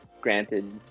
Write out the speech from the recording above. granted